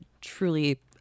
truly